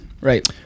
Right